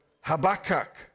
Habakkuk